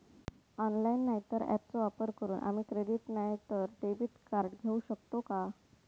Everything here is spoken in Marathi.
ऑनलाइन नाय तर ऍपचो वापर करून आम्ही क्रेडिट नाय तर डेबिट कार्ड घेऊ शकतो का?